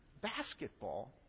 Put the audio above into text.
basketball